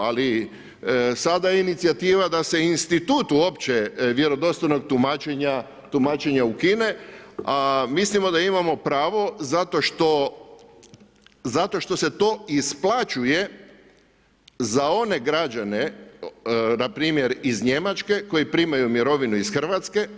Ali sada je inicijativa da se institut uopće vjerodostojnog tumačenja ukine, a mislimo da imamo pravo zato što se to isplaćuje za one građane npr. iz Njemačke koji primaju mirovinu iz Hrvatske.